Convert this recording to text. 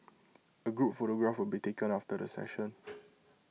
A group photograph will be taken after the session